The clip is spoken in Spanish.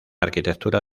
arquitectura